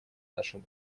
нашим